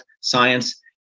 science